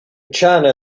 china